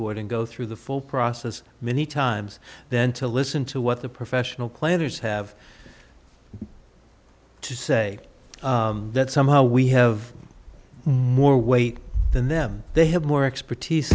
board and go through the full process many times then to listen to what the professional planners have to say that somehow we have more weight than them they have more expertise